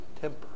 temper